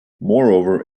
moreover